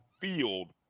field